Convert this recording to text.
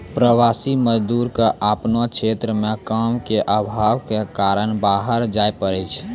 प्रवासी मजदूर क आपनो क्षेत्र म काम के आभाव कॅ कारन बाहर जाय पड़ै छै